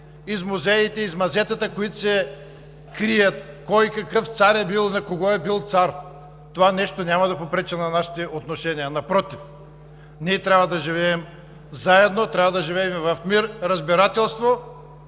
из музеите, из мазетата, които се крият – кой какъв цар е бил, на кого е бил цар. Това нещо няма да попречи на нашите отношения. Напротив, ние трябва да живеем заедно, трябва да живеем в мир, в разбирателство,